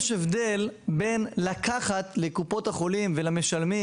יש הבדל בין לקחת לקופות החולים ולמשלמים